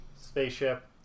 Spaceship